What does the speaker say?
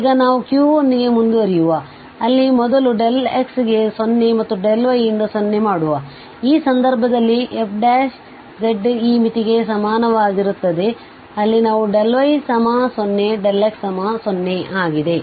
ಈಗ ನಾವು Q ಯೊಂದಿಗೆ ಮುಂದುವರಿಯುವ ಅಲ್ಲಿ ಮೊದಲು x ಗೆ 0 ಮತ್ತು y ಯಿಂದ 0 ಮಾಡುವ ಆದ್ದರಿಂದ ಈ ಸಂದರ್ಭದಲ್ಲಿ ಮತ್ತೆ f ಈ ಮಿತಿಗೆ ಸಮನಾಗಿರುತ್ತದೆ ಅಲ್ಲಿ ನಾವು y 0 ಮತ್ತು x0 ಆಗಿದೆ